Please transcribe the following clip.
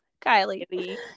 kylie